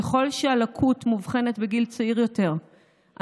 ככל שהלקות מאובחנת בגיל צעיר יותר,